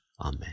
Amen